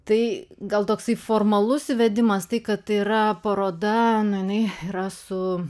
tai gal toksai formalus įvedimas tai kad tai yra paroda nu jinai yra su